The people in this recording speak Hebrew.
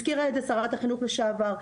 הזכירה את זה שרת החינוך לשעבר.